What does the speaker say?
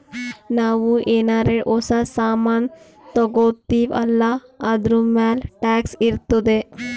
ನಾವು ಏನಾರೇ ಹೊಸ ಸಾಮಾನ್ ತಗೊತ್ತಿವ್ ಅಲ್ಲಾ ಅದೂರ್ಮ್ಯಾಲ್ ಟ್ಯಾಕ್ಸ್ ಇರ್ತುದೆ